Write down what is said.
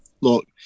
Look